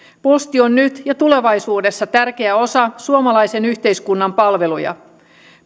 posti on nyt ja tulevaisuudessa tärkeä osa suomalaisen yhteiskunnan palveluja